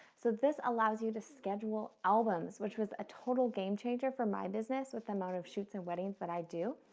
so this allows you to schedule albums, which was a total game-changer for my business with the amount of shoots and weddings that i do.